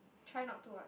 try not to what